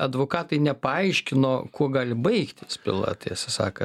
advokatai nepaaiškino kuo gali baigtis byla tiesą sakant